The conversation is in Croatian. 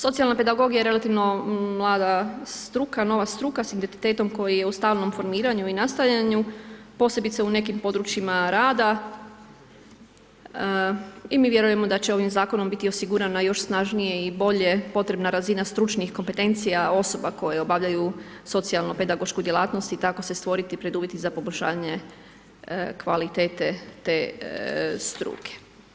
Socijalna pedagogija je relativno mlada struka, nova struka s identitetom koja je u stalnom formiranju i nastajanju, posebice u nekim područjima rada i mi vjerujemo da će ovim Zakonom biti osigurana još snažnije i bolje potrebna razina stručnih kompetencija osoba koje obavljaju socijalno pedagošku djelatnost i tako se stvoriti preduvjeti za poboljšanje kvalitete te struke.